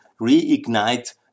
Reignite